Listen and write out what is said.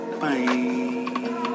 bye